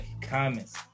comments